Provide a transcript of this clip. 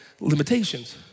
Limitations